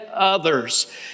Others